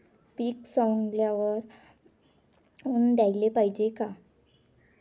पीक सवंगल्यावर ऊन द्याले पायजे का?